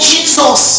Jesus